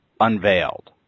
unveiled